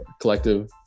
collective